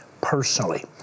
personally